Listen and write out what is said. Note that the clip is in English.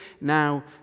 now